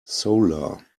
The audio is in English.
solar